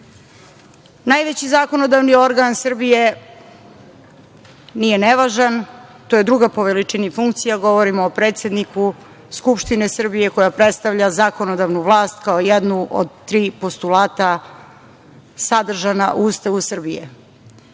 državu. Najveći zakonodavni organ Srbije nije nevažan. To je drugo po veličini funkcija, govorimo o predsedniku Skupštine Srbije koja predstavlja zakonodavnu vlast kao jednu od tri postulata sadržana u Ustavu Srbije.